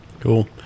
cool